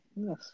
Yes